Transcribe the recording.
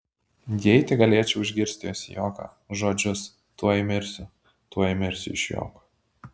jei tik galėčiau išgirsti jos juoką žodžius tuoj mirsiu tuoj mirsiu iš juoko